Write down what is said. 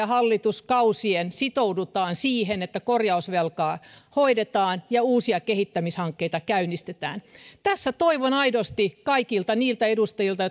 hallituskausien sitoudutaan siihen että korjausvelkaa hoidetaan ja uusia kehittämishankkeita käynnistetään tässä toivon aidosti kaikilta niiltä edustajilta